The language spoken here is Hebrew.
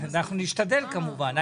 אנחנו נשתדל, כמובן.